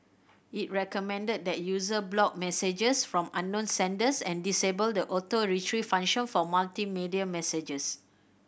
it recommended that user block messages from unknown senders and disable the Auto Retrieve function for multimedia messages